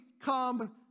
come